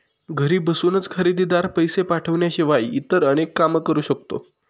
घरी बसूनच खरेदीदार, पैसे पाठवण्याशिवाय इतर अनेक काम करू शकतो